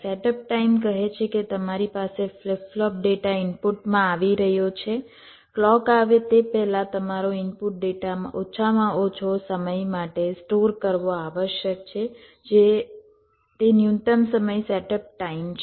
setup time કહે છે કે તમારી પાસે ફ્લિપ ફ્લોપ ડેટા ઇનપુટમાં આવી રહ્યો છે ક્લૉક આવે તે પહેલાં તમારો ઇનપુટ ડેટા ઓછામાં ઓછો સમય માટે સ્ટોર કરવો આવશ્યક છે તે ન્યૂનતમ સમય સેટઅપ ટાઈમ છે